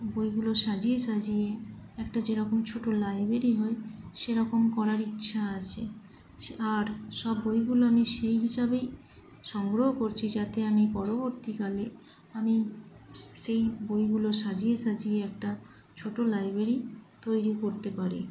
বইগুলো সাজিয়ে সাজিয়ে একটা যেরকম ছোট লাইব্রেরি হয় সেরকম করার ইচ্ছা আছে আর সব বইগুলো আমি সেই হিসাবেই সংগ্রহ করছি যাতে আমি পরবর্তীকালে আমি সেই বইগুলো সাজিয়ে সাজিয়ে একটা ছোট লাইব্রেরি তৈরি করতে পারি